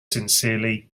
sincerely